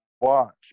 watch